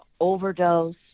overdose